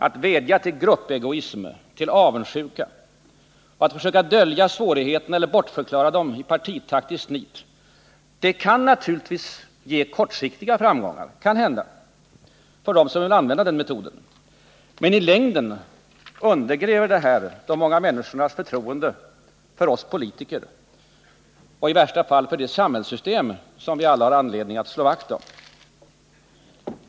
Att vädja till gruppegoism, till avundsjuka och försöka dölja svårigheterna eller bortförklara dem i partitaktiskt nit kan kanske ge kortsiktiga framgångar för dem som vill använda den metoden. Men i längden undergräver detta de många människornas förtroende för oss politiker och i värsta fall för det samhällssystem som vi alla har anledning att slå vakt om.